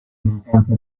mancanza